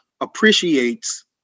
appreciates